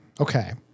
Okay